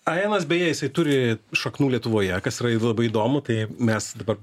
ainas beje jisai turi šaknų lietuvoje kas yra labai įdomu tai mes dabar